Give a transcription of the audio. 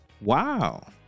Wow